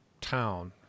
town